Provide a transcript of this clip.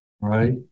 right